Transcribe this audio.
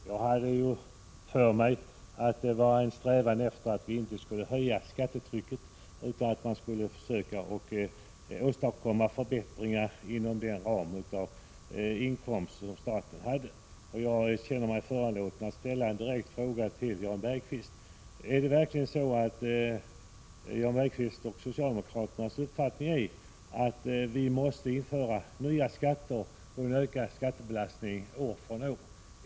Jag hade för mig att det fanns en strävan efter att inte öka skattetrycket utan försöka åstadkomma förbättringar inom den ram för inkomster som staten hade. Jag känner mig föranlåten att ställa en direkt fråga till Jan Bergqvist: Är det Jan Bergqvists och socialdemokraternas uppfattning att vi måste införa nya skatter och en ökad skattebelastning år från år?